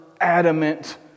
adamant